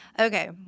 Okay